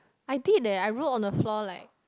I did leh I wrote on the floor like